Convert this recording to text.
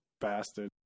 bastard